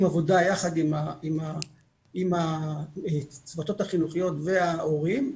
עבודה יחד עם הצוותות החינוכיות וההורים.